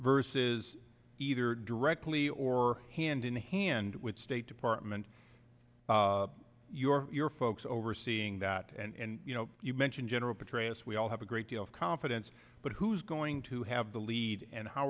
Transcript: versus either directly or hand in hand with state department your your folks overseeing that and you know you mentioned general petraeus we all have a great deal of confidence but who's going to have the lead and how